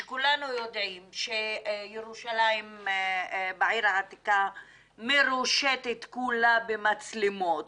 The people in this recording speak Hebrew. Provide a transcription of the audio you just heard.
שכולנו יודעים שירושלים בעיר העתיקה מרושתת כולה במצלמות,